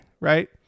right